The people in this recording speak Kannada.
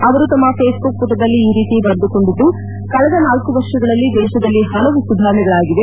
ಅವರು ತಮ್ನ ಫೇಸ್ಬುಕ್ ಪುಟದಲ್ಲಿ ಈ ರೀತಿ ಬರೆದುಕೊಂಡಿದ್ದು ಕಳೆದ ನಾಲ್ಲು ವರ್ಷಗಳಲ್ಲಿ ದೇಶದಲ್ಲಿ ಹಲವು ಸುಧಾರಣೆಗಳಾಗಿವೆ